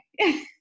okay